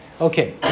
Okay